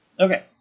Okay